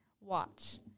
Watch